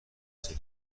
سکه